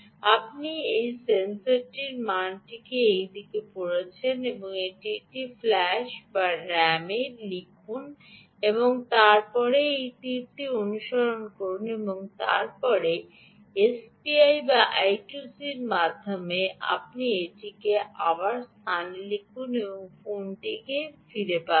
আপনি এই সেন্সরটির মানটি এই দিকটিতে পড়েছেন এটি ফ্ল্যাশ বা ram লিখুন এবং তারপরে এই তীরটি অনুসরণ করুন এবং তারপরে এসপিআই বা আই 2 সি এর মাধ্যমে আপনি এটিকে আবার এই স্থানে লিখুন এবং ফোনটিতে ফিরে পাবেন